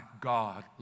God